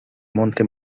monte